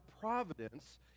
providence